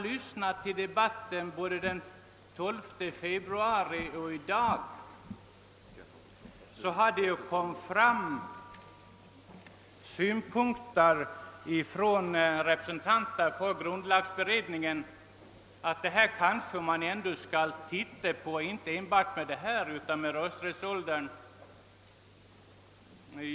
Både i debatten den 12 februari och i debatten i dag i föregående ärende har representanter för grundlagberedningen framhållit, att man kanske ändå bör se över inte bara denna fråga utan även frågan om rösträttsåldern.